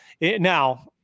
now